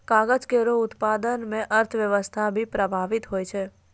कागज केरो उत्पादन म अर्थव्यवस्था भी प्रभावित होय छै